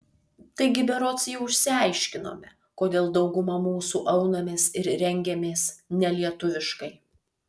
taigi berods jau išsiaiškinome kodėl dauguma mūsų aunamės ir rengiamės nelietuviškai